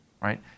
right